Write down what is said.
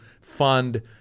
fund